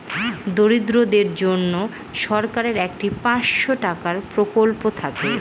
দরিদ্রদের জন্য সরকারের একটি পাঁচশো টাকার প্রকল্প থাকে